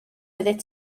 oeddet